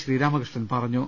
ശ്രീരാമകൃഷ്ണൻ പറഞ്ഞു